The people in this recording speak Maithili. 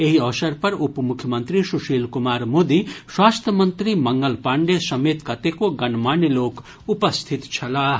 एहि अवसर पर उप मुख्यमंत्री सुशील कुमार मोदी स्वास्थ्य मंत्री मंगल पाण्डेय समेत कतेको गणमान्य लोक उपस्थित छलाह